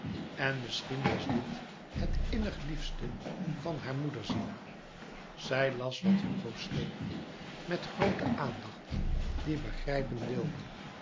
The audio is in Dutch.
en misschien was dit het innig liefste van haar moederziel zij las wat hugo schreef met groote aandacht die begrijpen wilde